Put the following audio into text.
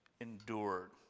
endured